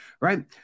right